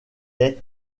est